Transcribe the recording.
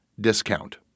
discount